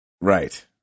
right